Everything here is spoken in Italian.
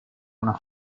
una